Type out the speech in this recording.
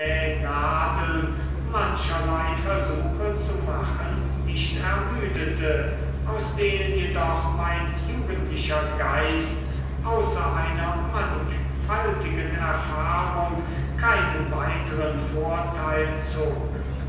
nähnadeln mancherlei versuche zu machen nicht ermüdete aus denen jedoch mein jugendlicher geist außer einer mannigfaltigen erfahrung keinen weiteren vorteil zog